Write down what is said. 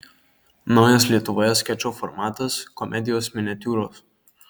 naujas lietuvoje skečo formatas komedijos miniatiūros